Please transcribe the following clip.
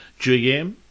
GM